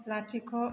लाथिख'